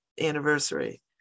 anniversary